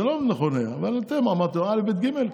זה לא היה נכון, אבל אתם אמרתם לו: א', ב', ג'?